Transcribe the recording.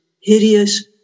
hideous